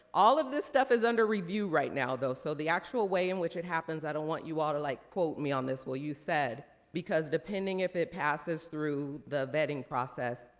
all of this stuff is under review right now, though. so the actual way in which it happens, i don't want you all to like quote me on this, well you said, because depending if it passes through the vetting process,